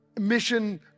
mission